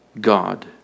God